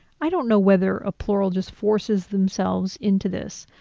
i don't know whether a plural just forces themselves into this,